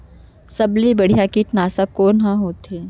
सबले बढ़िया कीटनाशक कोन ह होथे?